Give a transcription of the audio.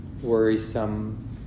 worrisome